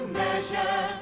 measure